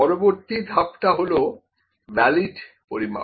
পরবর্তী ধাপ টা হল ভ্যালিড পরিমাপ